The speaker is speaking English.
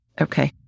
Okay